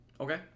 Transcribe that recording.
Okay